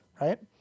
right